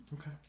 Okay